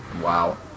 Wow